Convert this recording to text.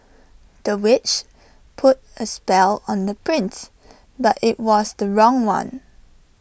the witch put A spell on the prince but IT was the wrong one